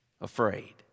afraid